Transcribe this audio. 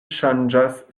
ŝanĝas